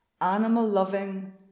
animal-loving